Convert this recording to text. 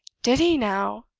did he, now?